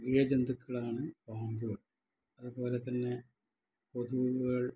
ഇഴജെന്തുക്കളാണ് പാമ്പ്കൾ അതുപോലെ തന്നെ കൊതുകുകൾ